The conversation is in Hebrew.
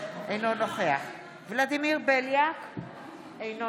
אבל יותר